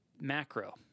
Macro